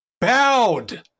bowed